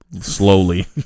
slowly